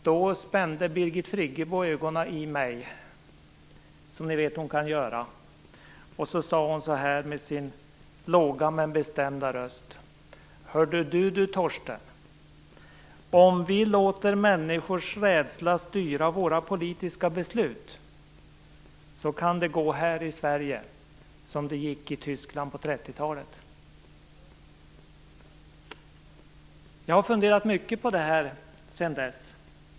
Då spände Birgit Friggebo ögonen i mig, som ni vet att hon kan göra, och sade med sin låga men bestämda röst: "Hördu du, Torsten, om vi låter människors rädsla styra våra politiska beslut kan det gå här i Sverige som det gick i Tyskland på 1930-talet." Jag har funderat mycket på det här sedan dess.